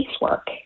work